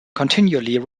continually